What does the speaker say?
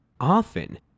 Often